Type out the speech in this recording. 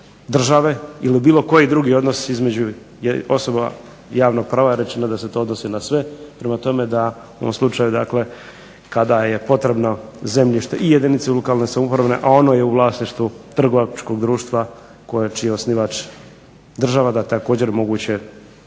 države, ili bilo koji drugi odnos između osoba javnog prava je rečeno da se to odnosi na sve, prema tome da u ovom slučaju dakle kada je potrebno zemljište i jedinice lokalne samouprave, a ono je u vlasništvu trgovačkog društva koje, čiji je osnivač država, da je također moguće